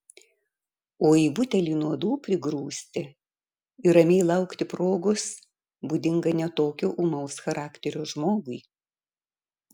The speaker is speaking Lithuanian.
o į butelį nuodų prigrūsti ir ramiai laukti progos būdinga ne tokio ūmaus charakterio žmogui